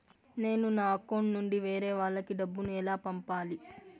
నేను నా అకౌంట్ నుండి వేరే వాళ్ళకి డబ్బును ఎలా పంపాలి?